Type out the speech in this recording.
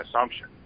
assumption